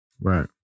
Right